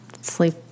sleep